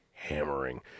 hammering